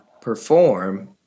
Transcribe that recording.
perform